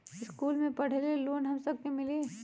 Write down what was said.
इश्कुल मे पढे ले लोन हम सब के मिली?